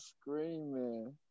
screaming